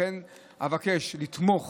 לכן, אבקש לתמוך